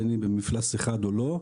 בין אם במפלס אחד או לא,